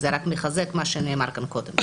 אז זה רק מחזק מה שנאמר כאן קודם.